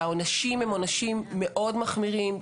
והעונשים הם עונשים מאוד מחמירים.